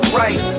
right